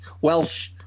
Welsh